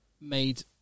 made